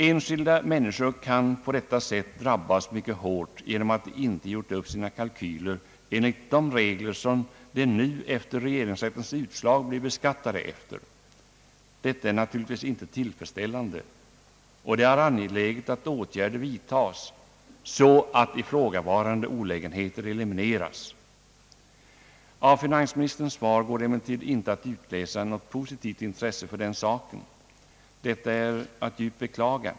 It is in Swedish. Enskilda människor kan sålunda drabbas mycket hårt genom att de inte gjort upp sina kalkyler enligt de regler som de nu, efter regeringsrättens utslag, blir beskattade efter. Detta är naturligtvis inte tillfredsställande, och det är angeläget att åtgärder vidtas så att ifrågavarande olägenheter elimineras. Av finansministerns svar går det emellertid inte att utläsa något positivt intresse för den saken. Detta är att djupt beklaga.